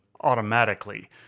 automatically